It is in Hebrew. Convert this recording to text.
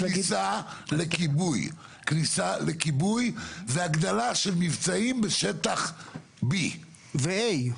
כניסה לכיבוי והגדלה של מבצעים בשטח B ו-A.